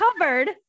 covered